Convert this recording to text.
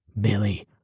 Billy